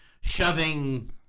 Shoving